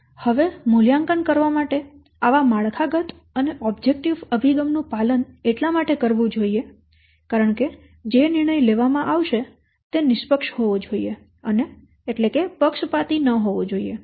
હવે મૂલ્યાંકન કરવા માટે આવા માળખાગત અને ઓબ્જેકટીવ અભિગમ નું પાલન એટલા માટે કરવું જોઈએ કારણ કે જે નિર્ણય લેવામાં આવશે તે નિષ્પક્ષ હોવો જોઈએ અને પક્ષપાતી ન હોવો જોઈએ